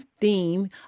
theme